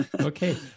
okay